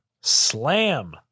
Slam